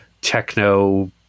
techno